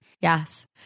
Yes